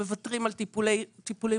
הם מוותרים על טיפולים רפואיים.